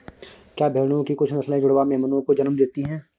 क्या भेड़ों की कुछ नस्लें जुड़वा मेमनों को जन्म देती हैं?